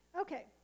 okay